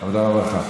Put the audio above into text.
העבודה והרווחה.